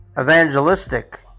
evangelistic